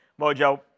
Mojo